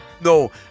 No